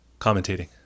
Commentating